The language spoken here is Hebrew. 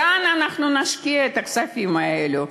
במה אנחנו נשקיע את הכספים האלה?